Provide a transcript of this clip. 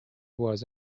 was